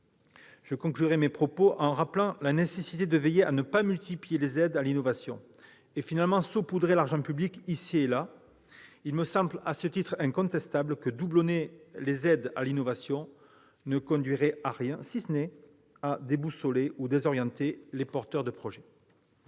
je conclurai mes propos en rappelant la nécessité de veiller à ne pas multiplier les aides à l'innovation, ce qui revient finalement à saupoudrer l'argent public ici et là. Il me semble incontestable que doublonner les aides à l'innovation ne conduirait à rien, si ce n'est à déboussoler ou désorienter les porteurs de projets.